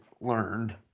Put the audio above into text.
learned